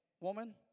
woman